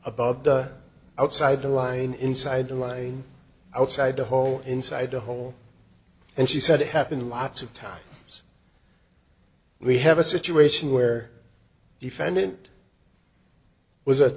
above the outside the line inside the line outside the hole inside the hole and she said it happened lots of times we have a situation where defendant was a